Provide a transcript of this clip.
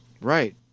Right